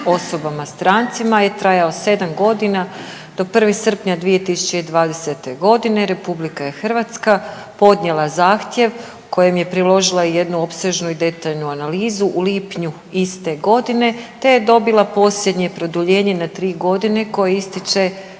osobama strancima je trajao 7 godina do 1. srpnja 2020. godine. RH je podnijela zahtjev kojem je priložila jednu opsežnu i detaljnu analizu u lipnju iste godine te je dobila produljenje na 3 godine koje ističe